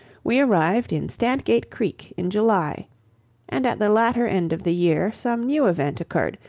we arrived in standgate creek in july and, at the latter end of the year, some new event occurred,